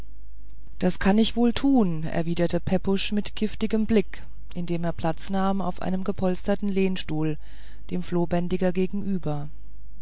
das kann ich wohl tun erwiderte pepusch mit giftigem blick indem er platz nahm auf einem gepolsterten lehnstuhl dem flohbändiger gegenüber